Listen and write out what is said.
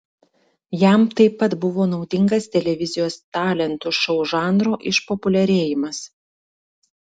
jam taip pat buvo naudingas televizijos talentų šou žanro išpopuliarėjimas